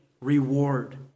reward